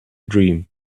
dream